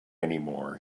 anymore